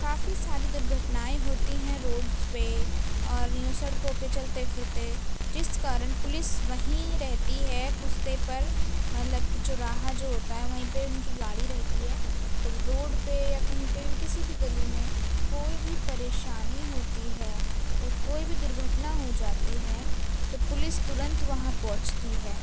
کافی ساری درگھٹنائیں ہوتی ہیں روڈس پہ اور یوں سڑکوں پہ چلتے پھرتے جس کارن پولیس وہیں رہتی ہے پشتے پر مطلب کہ چوراہا جو ہوتا ہے وہیں پہ ان کی گاڑی رہتی ہے تو روڈ پہ یا کہیں پہ کسی بھی گلی میں کوئی بھی پریشانی ہوتی ہے یا کوئی بھی درگھٹنا ہو جاتی ہے تو پولیس ترنت وہاں پہنچتی ہے